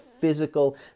physical